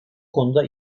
konuda